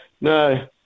no